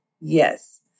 Yes